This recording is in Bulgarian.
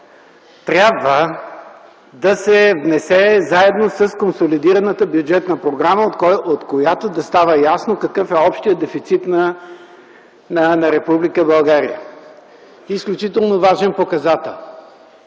трябва да се внесе заедно с консолидираната бюджетна програма, от която да става ясно какъв е общият дефицит на Република България, изключително важен показател.